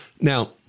Now